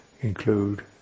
include